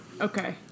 Okay